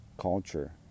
culture